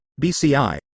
BCI